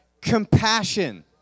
compassion